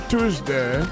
Tuesday